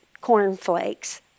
cornflakes